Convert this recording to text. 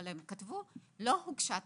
אבל הם כתבו: לא הוגשה תלונה.